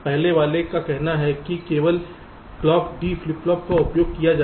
पहले वाले का कहना है कि केवल क्लॉक D फ्लिप फ्लॉप का उपयोग किया जाना चाहिए